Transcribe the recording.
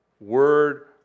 word